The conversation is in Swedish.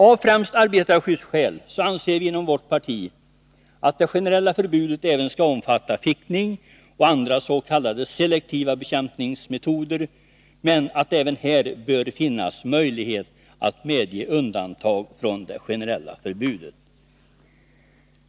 Av främst arbetarskyddsskäl anser vi inom vårt parti, att det generella förbudet även skall omfatta fickning och andra s.k. selektiva bekämpningsmetoder, men att det även här bör finnas möjlighet att medge undantag från det generella förbudet.